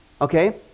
Okay